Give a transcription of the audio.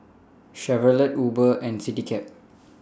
Chevrolet Uber and Citycab